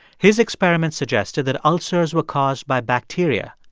his experiment suggested that ulcers were caused by bacteria,